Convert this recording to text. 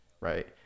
right